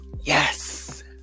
Yes